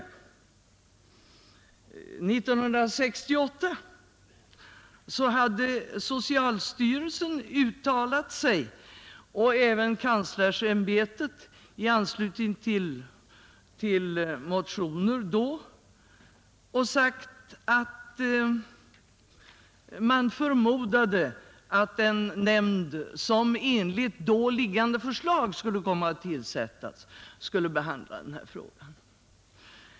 År 1968 hade socialstyrelsen och även kanslersämbetet uttalat sig i anslutning till motioner som väckts och sagt att man förmodade att den nämnd, som enligt då föreliggande förslag skulle tillsättas, skulle komma att behandla denna fråga.